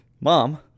Mom